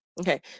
okay